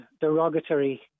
derogatory